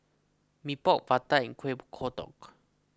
Mee Pok Vadai and Kuih Kodok